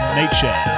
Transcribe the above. nature